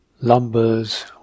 lumbers